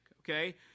Okay